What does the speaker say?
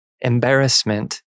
Embarrassment